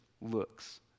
looks